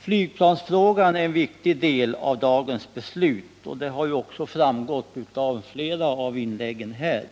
Flygplansfrågan är en viktig del av dagens beslut, och det har också framgått av flera av inläggen här.